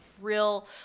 real